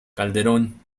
calderón